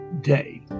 day